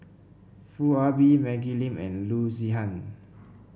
Foo Ah Bee Maggie Lim and Loo Zihan